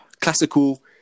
classical